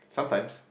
sometimes